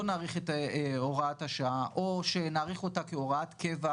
לא נאריך את הוראת שעה או שנאריך אותה כהוראת קבע